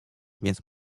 więc